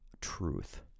truth